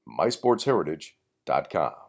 mysportsheritage.com